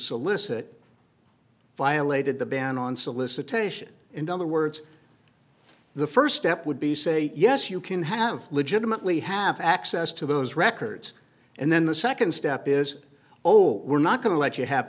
solicit violated the ban on solicitation in other words the first step would be say yes you can have legitimately have access to those records and then the second step is oh we're not going to let you have